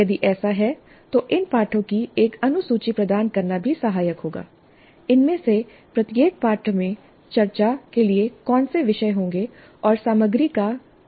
यदि ऐसा है तो इन पाठों की एक अनुसूची प्रदान करना भी सहायक होगा इनमें से प्रत्येक पाठ में चर्चा के लिए कौन से विषय होंगे और सामग्री का क्रम कैसे आगे बढ़ेगा